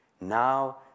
Now